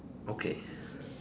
okay